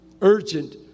urgent